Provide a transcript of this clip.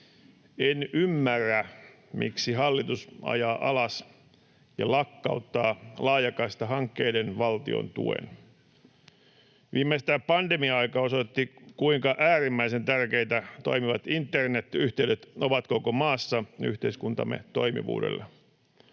en ymmärrä, miksi hallitus ajaa alas ja lakkauttaa laajakaistahankkeiden valtiontuen. Viimeistään pandemia-aika osoitti, kuinka äärimmäisen tärkeitä toimivat internetyhteydet ovat koko maassa yhteiskuntamme toimivuudelle.